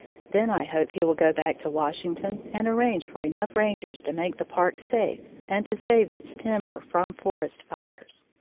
then i hope he will go back to washington and arrange for enough rangers to make the park safe and to save its timber from forest fires.